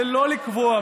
זה לא לקבוע,